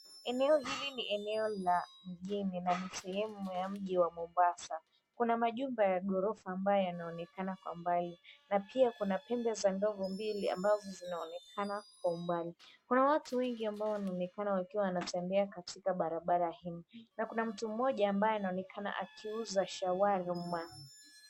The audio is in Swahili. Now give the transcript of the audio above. Eneo hili ni eneo la mjini na ni sehemu ya mji wa Mombasa, kuna majumba ya gorofa ambayo yanaonekana kwa mbali na pia kuna pembe za ndovu mbili ambazo zinaonekana kwa umbali. Kuna watu wengi ambao wanaonekana wakiwa wanatembea katika barabara hii na kuna mtu mmoja ambae anaonekana akiuza shawarma.